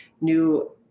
new